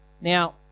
Now